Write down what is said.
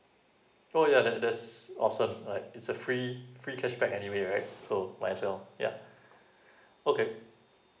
oh yeah that that's awesome like it's a free free cashback anyway right so might as well yeah okay